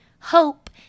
hope